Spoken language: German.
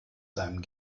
seinem